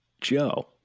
joe